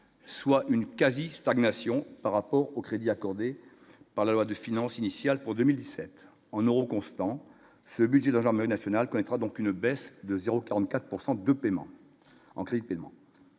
soit une quasi-stagnation par rapport aux crédits accordés par la loi de finances initiale pour 2017 en euros constants, ce budget dans l'armée nationale connaîtra donc une baisse de 0 44 pourcent de paiements